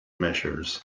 measures